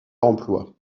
emploi